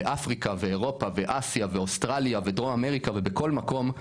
באפריקה ואירופה ואסיה ואוסטרליה ודרום אמריקה ובכל מקום,